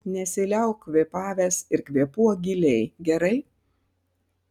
nesiliauk kvėpavęs ir kvėpuok giliai gerai